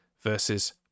versus